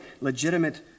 legitimate